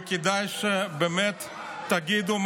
וכדאי שבאמת תגידו,